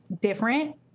different